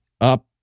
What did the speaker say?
up